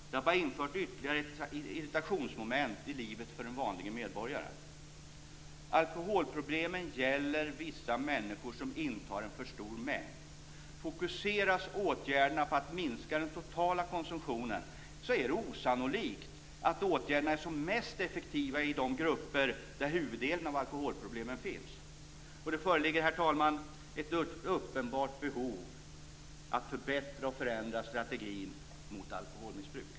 Det har bara infört ytterligare irritationsmoment i livet för den vanlige medborgaren. Alkoholproblemen gäller vissa människor som intar en för stor mängd. Fokuseras åtgärderna på att minska den totala konsumtionen är det osannolikt att åtgärderna är som mest effektiva i de grupper där huvuddelen av alkoholproblemen finns. Det föreligger, herr talman, ett uppenbart behov av att förbättra och förändra strategin mot alkoholmissbruk.